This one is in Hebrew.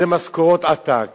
זה משכורות עתק